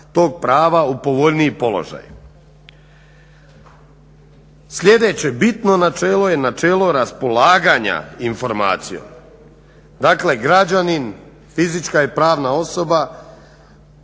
tog prava u povoljniji položaj. Sljedeće bitno načelo je načelo raspolaganja informacijom. Dakle građanin, fizička i pravna osoba